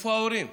ואיפה ההורים?